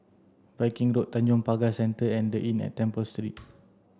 Viking Road Tanjong Pagar Centre and the Inn at Temple Street